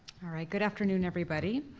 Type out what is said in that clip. all right, good afternoon, everybody.